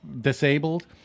disabled